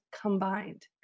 combined